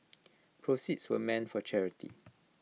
proceeds were meant for charity